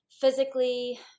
physically